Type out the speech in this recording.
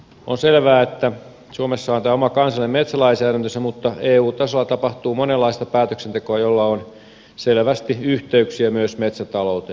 on selvää että suomessa on tämä oma kansallinen metsälainsäädäntönsä mutta eu tasolla tapahtuu monenlaista päätöksentekoa jolla on selvästi yhteyksiä myös metsätalouteen